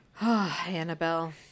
Annabelle